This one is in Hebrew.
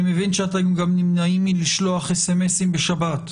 אני מבין שאתם גם נמנעים מלשלוח אס.אמ.אסים בשבת.